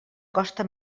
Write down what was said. costa